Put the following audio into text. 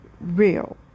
real